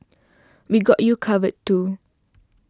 we got you covered too